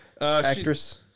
Actress